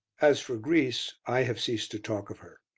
as for greece, i have ceased to talk of her.